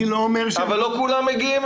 אני לא אומר --- אבל לא כולם מגיעים